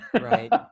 Right